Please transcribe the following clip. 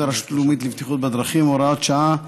הרשות הלאומית לבטיחות בדרכים (הוראת שעה)